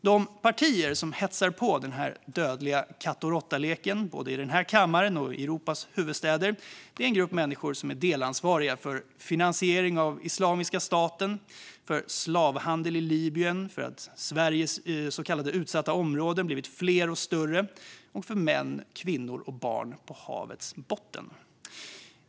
De partier som hetsar på den här dödliga katt-och-råtta-leken, både i den här kammaren och i Europas huvudstäder, är en grupp människor som är delansvariga för finansiering av Islamiska staten, för slavhandeln i Libyen, för att Sveriges så kallade utsatta områden blivit fler och större och för män, kvinnor och barn på Medelhavets botten.